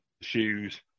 shoes